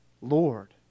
Lord